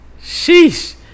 Sheesh